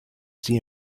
see